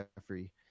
jeffrey